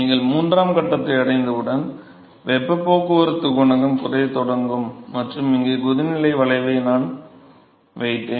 நீங்கள் மூன்றாம் கட்டத்தை அடைந்தவுடன் வெப்பப் போக்குவரத்து குணகம் குறையத் தொடங்கும் மற்றும் இங்கே கொதிநிலை வளைவை நான் வைத்தேன்